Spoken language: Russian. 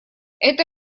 это